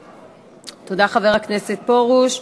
תודה, חבר הכנסת פרוש.